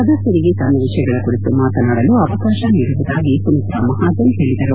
ಸದಸ್ಕರಿಗೆ ತಮ್ಮ ವಿಷಯಗಳ ಕುರಿತು ಮಾತನಾಡಲು ಅವಕಾಶ ನೀಡುವುದಾಗಿ ಸುಮಿತ್ರಾ ಮಹಾಜನ್ ಹೇಳಿದರು